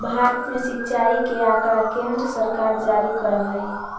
भारत में सिंचाई के आँकड़ा केन्द्र सरकार जारी करऽ हइ